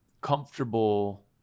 comfortable